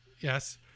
Yes